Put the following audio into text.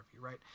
right